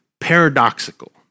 paradoxical